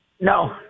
No